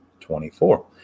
24